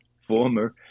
former